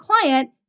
client